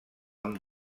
amb